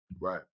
Right